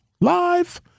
live